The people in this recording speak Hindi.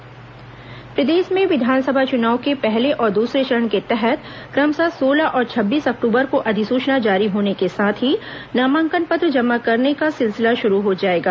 विस चुनाव तैयारी प्रदेश में विधानसभा चुनाव के लिए पहले और दूसरे चरण के तहत क्रमशः सोलह और छब्बीस अक्टूबर को अधिसूचना जारी होने के साथ ही नामांकन पत्र जमा करने का सिलसिला शुरू हो जाएगा